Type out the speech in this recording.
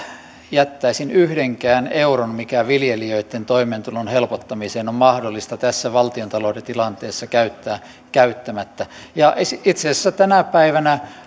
jättäisin käyttämättä yhdenkään euron mikä viljelijöitten toimeentulon helpottamiseen on mahdollista tässä valtiontalouden tilanteessa käyttää ja itse asiassa tänä päivänä